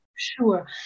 Sure